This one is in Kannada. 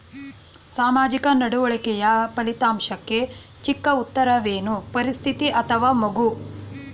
ಸಾಮಾಜಿಕ ನಡವಳಿಕೆಯ ಫಲಿತಾಂಶಕ್ಕೆ ಚಿಕ್ಕ ಉತ್ತರವೇನು? ಪರಿಸ್ಥಿತಿ ಅಥವಾ ಮಗು?